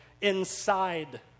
inside